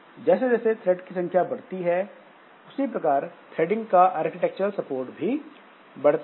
जैसे जैसे थ्रेड की संख्या बढ़ती है उसी प्रकार थ्रेडिंग का आर्किटेक्चरल सपोर्ट भी बढ़ता जाता है